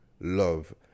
love